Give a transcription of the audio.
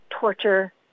torture